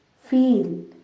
Feel